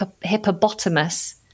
hippopotamus